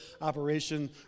operation